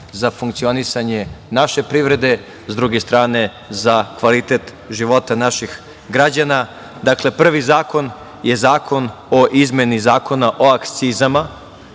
za funkcionisanje naše privrede, s druge strane za kvalitet života naših građana. Prvi zakon je zakon o izmeni Zakona o akcizama.